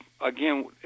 again